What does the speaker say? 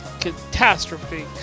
catastrophe